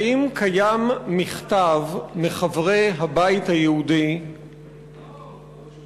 האם קיים מכתב מחברי הבית היהודי שהוא